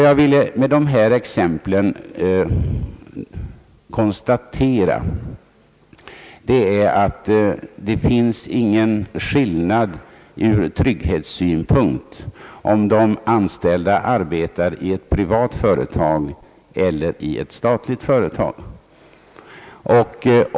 Jag har med dessa exempel velat konstatera att det ur trygghetssynpunkt inte finns någon skillnad om de anställda arbetar i ett privat eller i ett statligt företag.